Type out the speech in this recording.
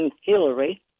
Hillary